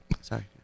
Sorry